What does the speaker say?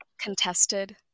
contested